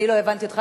אם אינני טועה,